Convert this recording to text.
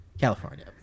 California